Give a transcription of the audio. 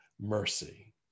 mercy